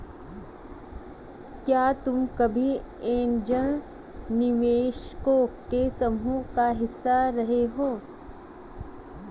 क्या तुम कभी ऐन्जल निवेशकों के समूह का हिस्सा रहे हो?